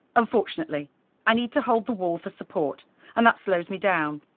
unfortunately i need to hold the wall for support and that slows me down.